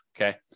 okay